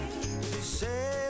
say